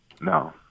no